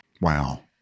Wow